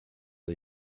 the